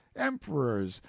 emperors,